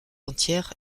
entière